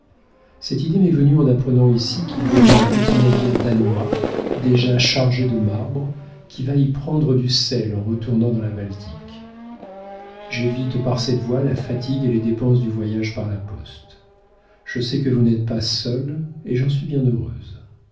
cette idée m'est venue en apprenant ici qu'il y avait un petit navire danois déjà chargé de marbre qui va y prendre du sel en retournant dans la baltique j'évite par cette voie la fatigue et les dépenses du voyage par la poste je sais que vous n'êtes pas seule et j'en suis bien heureuse